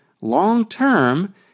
long-term